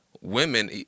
women